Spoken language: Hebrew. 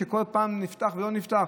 שכל פעם נפתח ולא נפתח?